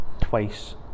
twice